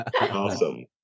awesome